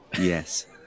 yes